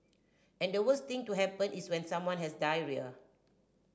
and the worst thing to happen is when someone has diarrhoea